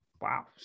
Wow